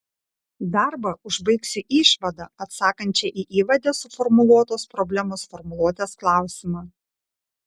darbą užbaigsiu išvada atsakančia į įvade suformuluotos problemos formuluotės klausimą